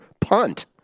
Punt